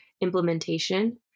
implementation